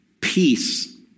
peace